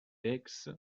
aix